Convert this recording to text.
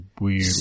weird